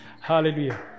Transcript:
Hallelujah